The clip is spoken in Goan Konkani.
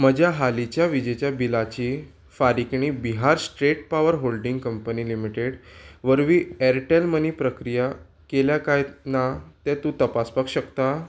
म्हज्या हालींच्या विजेच्या बिलाची फारीकणी Bihar state power holding company limited वरवीं ऍरटॅल मनी प्रक्रिया केल्या काय ना तें तूं तपासपाक शकता